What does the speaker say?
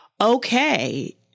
okay